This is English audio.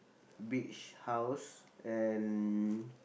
beach house and